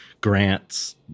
grants